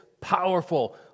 powerful